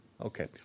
okay